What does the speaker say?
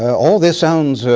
all this sounds,